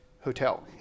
hotel